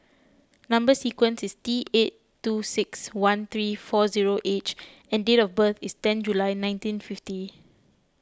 Number Sequence is T eight two six one three four zero H and date of birth is ten July nineteen fifty